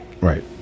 Right